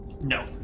No